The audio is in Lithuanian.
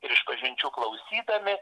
ir išpažinčių klausydami